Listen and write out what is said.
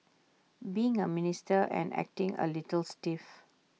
being A minister and acting A little stiff